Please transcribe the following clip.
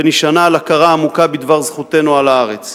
ונשענה על ההכרה העמוקה בדבר זכותנו על הארץ.